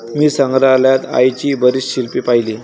मी संग्रहालयात आईची बरीच शिल्पे पाहिली